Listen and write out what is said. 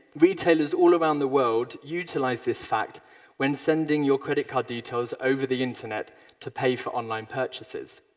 retailers all around the world utilize this fact when sending your credit card details over the internet to pay for online purchases.